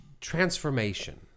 Transformation